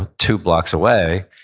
two blocks away,